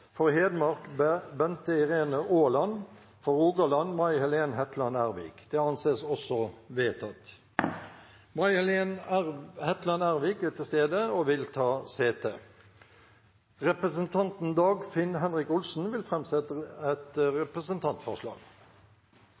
For Hedmark: Bente Irene Aaland For Rogaland: May Helen Hetland Ervik May Helen Hetland Ervik er til stede og vil ta sete. Representanten Dagfinn Henrik Olsen vil framsette et representantforslag.